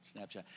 Snapchat